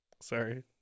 Sorry